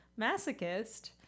masochist